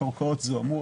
הקרקעות זוהמו,